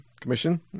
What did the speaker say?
commission